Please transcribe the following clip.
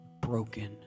broken